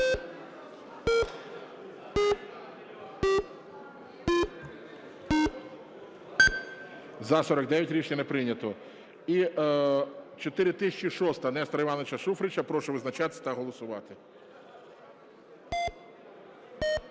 За-49 Рішення не прийнято. І 4006-а Нестора Івановича Шуфрича. Прошу визначатись та голосувати.